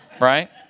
right